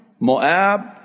Moab